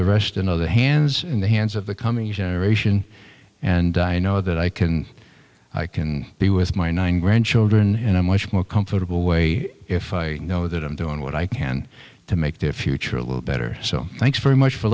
the rest in other hands in the hands of the coming generation and i know that i can i can be with my nine grandchildren and i'm much more comfortable way if i know that i'm doing what i can to make to future a little better so thanks very much